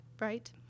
right